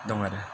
दं आरो